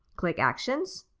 click actions,